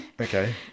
Okay